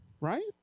right